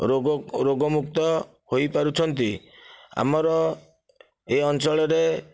ରୋଗ ରୋଗମୁକ୍ତ ହୋଇପାରୁଛନ୍ତି ଆମର ଏ ଅଞ୍ଚଳରେ